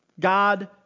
God